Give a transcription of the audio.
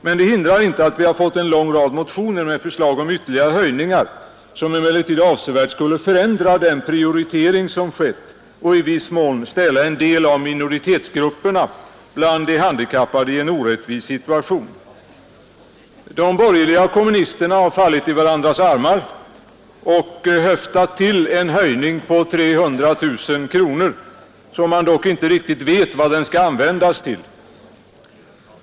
Men det hindrar inte att vi har fått en lång rad motioner med förslag om ytterligare höjningar, som emellertid avsevärt skulle förändra den prioritering som skett och i viss mån ställa en del av minoritetsgrupperna bland de handikappade i en orättvis situation. De borgerliga och kommunisterna har fallit i varandras armar och höftat till en höjning på 300 000 kronor, som man dock inte riktigt vet vad den skall användas till.